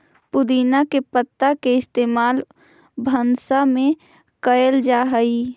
पुदीना के पत्ता के इस्तेमाल भंसा में कएल जा हई